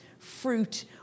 fruit